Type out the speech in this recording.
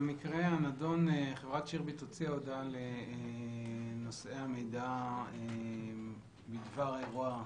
במקרה הנדון חברת שירביט הוציאה הודעה לנושאי המידע בדבר קרות האירוע.